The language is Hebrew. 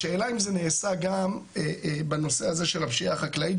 השאלה אם זה נעשה גם בנושא הזה של הפשיעה החקלאית,